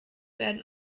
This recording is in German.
werden